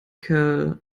kerl